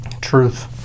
Truth